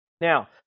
Now